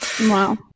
wow